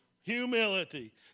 humility